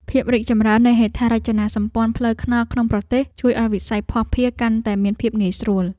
ភាពរីកចម្រើននៃហេដ្ឋារចនាសម្ព័ន្ធផ្លូវថ្នល់ក្នុងប្រទេស ជួយឱ្យវិស័យភស្តុភារកាន់តែមានភាពងាយស្រួល។